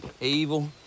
evil